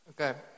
okay